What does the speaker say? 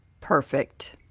Perfect